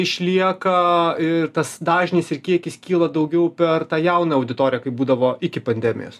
išlieka ir tas dažnis ir kiekis kyla daugiau per tą jauną auditoriją kaip būdavo iki pandemijos